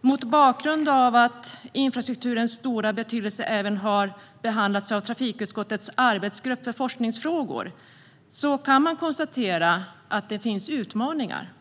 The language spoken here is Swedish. Mot bakgrund av att infrastrukturens stora betydelse även har behandlats av trafikutskottets arbetsgrupp för forskningsfrågor kan man konstatera att det finns utmaningar.